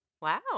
Wow